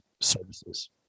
services